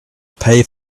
pay